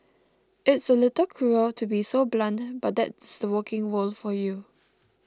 it's a little cruel to be so blunt but that's the working world for you